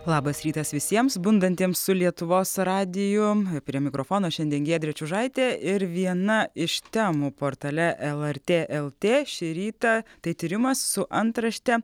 labas rytas visiems bundantiems su lietuvos radiju prie mikrofono šiandien giedrė čiužaitė ir viena iš temų portale lrt lt šį rytą tai tyrimas su antrašte